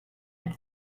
and